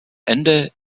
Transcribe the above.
ende